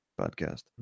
podcast